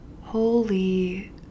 Holy